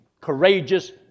courageous